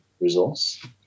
resource